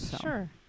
Sure